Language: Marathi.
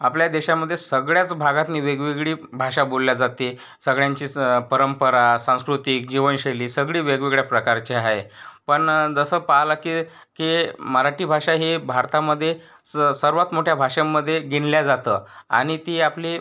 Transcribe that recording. आपल्या देशामध्ये सगळ्याच भागातून वेगवेगळी भाषा बोलली जाते सगळ्यांचीच परंपरा सांस्कृतिक जीवनशैली सगळी वेगवेगळ्या प्रकारच्या आहे पण जसं पाहिलं की की मराठी भाषा ही भारतामध्ये स सर्वात मोठ्या भाषांमध्ये गिनली जाते आणि ती आपली